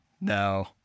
No